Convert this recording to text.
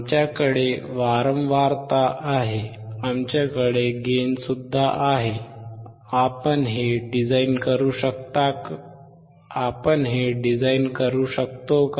आमच्याकडे वारंवारता आहे आमच्याकडे गेन आहे आपण हे डिझाइन करू शकतो का